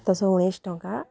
ତ ଉଣେଇଶ ଟଙ୍କା